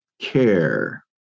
care